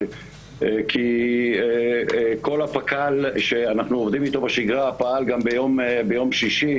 כי כל הפק"ל שאחנו עובדים איתו בשגרה פעל גם ביום שישי,